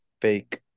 fake